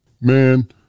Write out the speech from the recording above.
Man